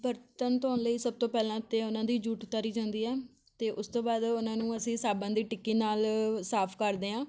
ਬਰਤਨ ਧੋਣ ਲਈ ਸਭ ਤੋਂ ਪਹਿਲਾਂ ਤਾਂ ਉਹਨਾਂ ਦੀ ਜੂਠ ਉਤਾਰੀ ਜਾਂਦੀ ਹੈ ਅਤੇ ਉਸ ਤੋਂ ਬਾਅਦ ਉਹਨਾਂ ਨੂੰ ਅਸੀਂ ਸਾਬਣ ਦੀ ਟਿੱਕੀ ਨਾਲ ਸਾਫ ਕਰਦੇ ਹਾਂ